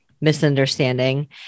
misunderstanding